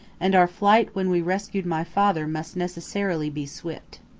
and our flight when we rescued my father must necessarily be swift.